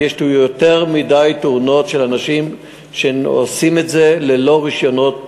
כי יש יותר מדי של תאונות של אנשים שעושים את זה ללא רישיונות